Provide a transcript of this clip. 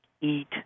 eat